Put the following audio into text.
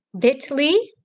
bit.ly